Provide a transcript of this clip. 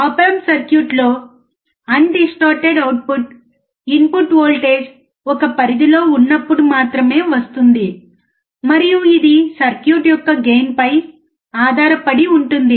ఆప్ amp సర్క్యూట్లలో undistorted output input voltage ఒక పరిధిలో ఉన్నప్పుడు మాత్రమే వస్తుంది మరియు ఇది సర్క్యూట్ యొక్క గెయిన్పై ఆధారపడి ఉంటుంది